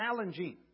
challenging